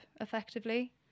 effectively